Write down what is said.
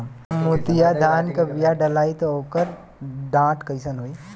मोतिया धान क बिया डलाईत ओकर डाठ कइसन होइ?